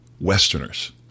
Westerners